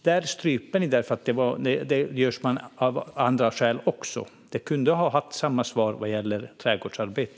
Där stryper ni, därför att det görs av andra skäl också. Där kunde ni ha haft samma svar som när det gäller trädgårdsarbete.